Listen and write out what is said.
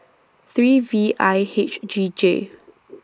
three V I H G J